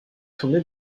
tourné